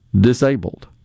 disabled